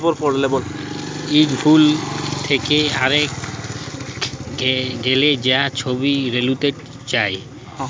ইক ফুল থ্যাকে আরেকটয় গ্যালে যা ছব রেলুতে যায়